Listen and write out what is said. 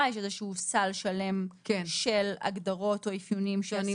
יש איזה סל שלם של הגדרות או אפיונים שעשינו.